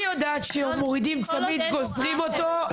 אני יודעת, כשמורידים צמיד גוזרים אותו.